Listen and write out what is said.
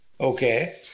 Okay